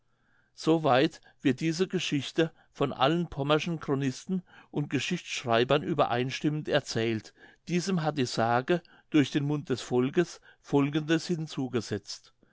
weit wird diese geschichte von allen pommerschen chronisten und geschichtschreibern übereinstimmend erzählt diesem hat die sage durch den mund des volkes folgendes hinzugesetzt